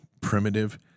primitive